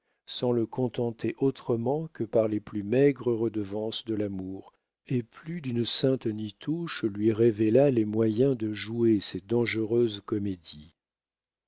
sans le contenter autrement que par les plus maigres redevances de l'amour et plus d'une sainte ny touche lui révéla les moyens de jouer ces dangereuses comédies